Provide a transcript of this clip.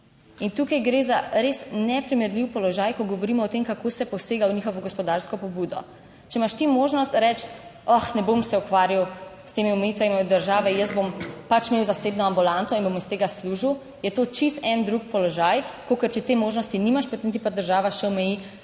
In tukaj gre za res neprimerljiv položaj, ko govorimo o tem, kako se posega v njihovo gospodarsko pobudo. Če imaš ti možnost reči, oh, ne bom se ukvarjal s temi omejitvami od države, jaz bom pač imel zasebno ambulanto in bom iz tega služil, je to čisto en drug položaj, kakor če te možnosti nimaš, potem ti pa država še omeji,